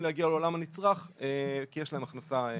להגיע לעולם הנצרך כי יש להם הכנסה משמעותית.